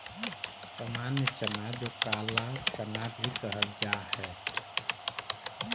सामान्य चना जो काला चना भी कहल जा हई